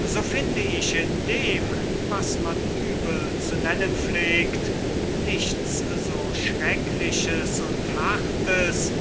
so finde ich in dem was man uebel zu nennen pflegt nichts so schreckliches und hartes